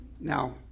Now